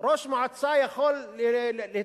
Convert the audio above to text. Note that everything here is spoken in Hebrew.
ראש מועצה, או